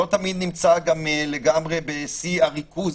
שלא תמיד נמצא בשיא הריכוז,